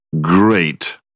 great